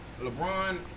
LeBron